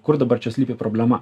kur dabar čia slypi problema